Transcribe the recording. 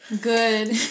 Good